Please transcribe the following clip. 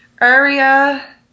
area